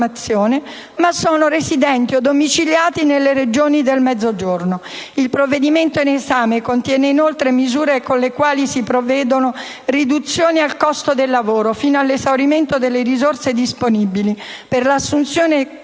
ma residenti o domiciliati nelle regioni del Mezzogiorno. Il provvedimento in esame contiene inoltre misure con le quali si prevedono riduzioni del costo del lavoro, fino all'esaurimento delle risorse disponibili, per l'assunzione di